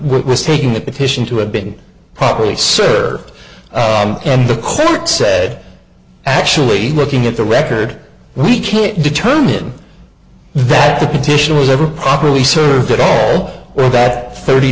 risk taking a petition to have been properly served and the court said actually looking at the record we can't determine that the petition was ever properly served at all that thirty